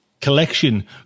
collection